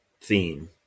theme